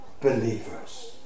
believers